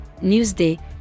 Newsday